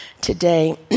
today